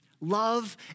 love